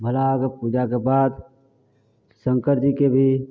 भोला बाबाके पूजाके बाद शंकर जीके भी